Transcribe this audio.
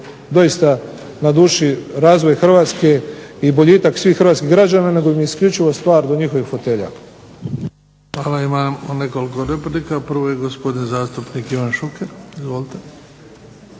doista na duši razvoj Hrvatske i boljitak svih hrvatskih građana nego im je isključivo stalo do njihovih fotelja. **Bebić, Luka (HDZ)** Hvala. Imamo nekoliko replika. Prvi je gospodin zastupnik Ivan Šuker, izvolite.